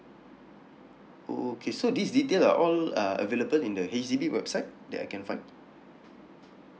oh okay so these detail are all uh available in the H_D_B website that I can find